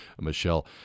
Michelle